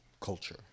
culture